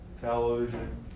television